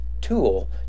tool